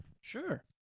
Sure